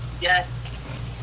Yes